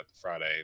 Friday